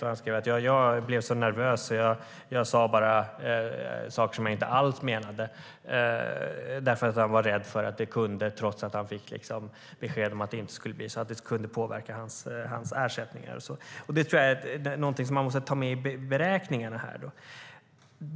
Han blev så nervös att han sade saker som han inte alls menade. Trots att han fick besked om att svaren inte skulle påverka hans ersättningar blev han rädd för att det skulle vara så. Det är något som måste tas med i beräkningarna.